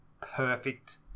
perfect